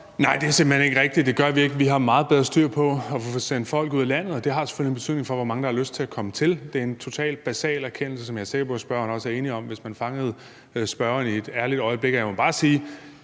det er simpelt hen ikke rigtigt. Det gør vi ikke. Vi har meget bedre styr på at få sendt folk ud af landet, og det har selvfølgelig en betydning for, hvor mange der har lyst til at komme hertil. Det er en totalt basal erkendelse, som jeg er sikker på at spørgeren også være enig i – hvis man fangede spørgeren i et ærligt øjeblik. Jeg må bare sige,